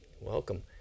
Welcome